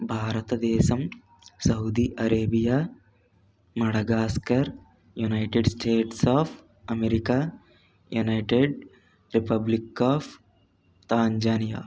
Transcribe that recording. భారత దేశం Saudi Arabia Madagascar United States of America United Republic of Tanzania